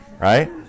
right